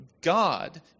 God